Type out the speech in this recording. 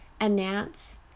announce